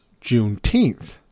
Juneteenth